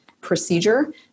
Procedure